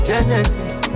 Genesis